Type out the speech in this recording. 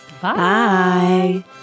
Bye